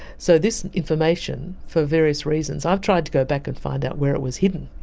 so this information for various reasons, i've tried to go back and find out where it was hidden,